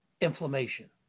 inflammation